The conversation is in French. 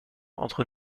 entre